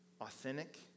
authentic